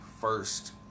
first